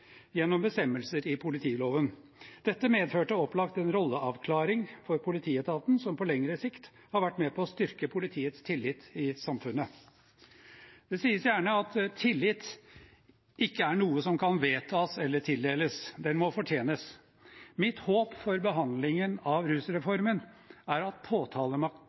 gjennom bestemmelser i politiloven. Dette medførte opplagt en rolleavklaring for politietaten, som på lengre sikt har vært med på å styrke politiets tillit i samfunnet. Det sies gjerne at tillit ikke er noe som kan vedtas eller tildeles. Den må fortjenes. Mitt håp for behandlingen av rusreformen er at